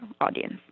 audience